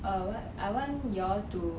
err what I want you all to